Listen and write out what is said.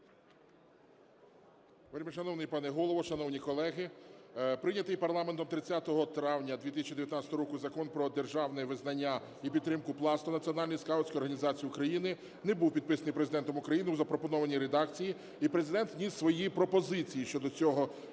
Вельмишановний пане Голово, шановні колеги, прийнятий парламентом 30 травня 2019 року Закон "Про державне визнання і підтримку Пласту – Національної скаутської організації України" не був підписаний Президентом України у запропонованій редакції. І Президент вніс свої пропозиції щодо цього